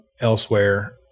elsewhere